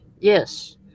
Yes